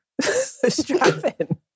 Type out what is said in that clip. strapping